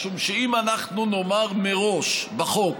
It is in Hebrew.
משום שאם אנחנו נאמר מראש בחוק